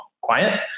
quiet